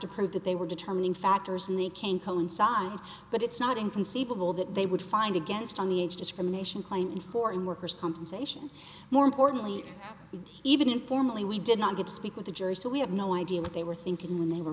to prove that they were determining factors in the cane coincide but it's not inconceivable that they would find against on the age discrimination claim in foreign workers compensation more importantly even informally we did not get to speak with the jury so we have no idea what they were thinking when they were